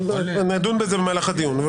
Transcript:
נדון בזה במהלך הדיון.